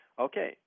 Okay